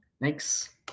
thanks